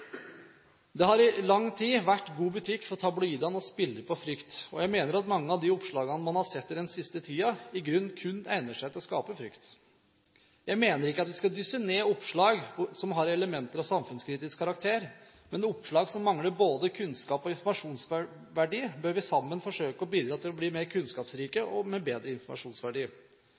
Det har i lang tid vært god butikk for tabloidene å spille på frykt. Jeg mener at mange av de oppslagene man har sett den siste tiden, i grunnen kun egner seg til å skape frykt. Jeg mener ikke at vi skal dysse ned oppslag som har elementer av samfunnskritisk karakter. Men oppslag som mangler både kunnskap og informasjonsverdi, bør vi sammen forsøke å bidra til å gjøre mer kunnskapsrike og med bedre informasjonsverdi.